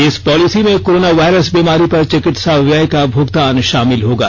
इस पॉलिसी में coronavirus बीमारी पर चिकित्सा व्यय का भुगतान शामिल होगा